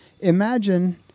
imagine